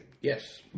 Yes